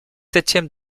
septième